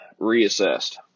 reassessed